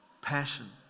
passion